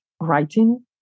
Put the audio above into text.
writing